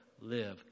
live